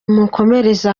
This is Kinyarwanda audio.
mukomereze